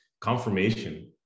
confirmation